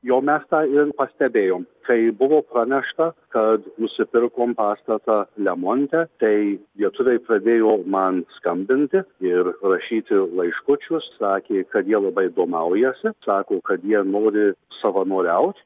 jau mes tą ir pastebėjom kai buvo pranešta kad nusipirkom pastatą lemonte tai lietuviai pradėjo man skambinti ir rašyti laiškučius sakė kad jie labai domaujasi sako kad jie nori savanoriaut